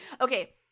Okay